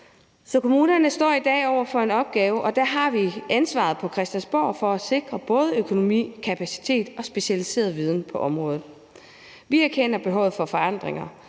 kommunerne står i dag over for en opgave, og der har vi ansvaret på Christiansborg for at sikre både økonomi, kapacitet og specialiseret viden på området. Vi erkender behovet for forandringer.